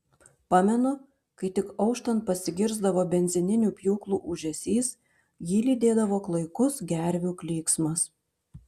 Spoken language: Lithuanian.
pamenu kai tik auštant pasigirsdavo benzininių pjūklų ūžesys jį lydėdavo klaikus gervių klyksmas